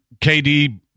KD